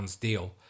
deal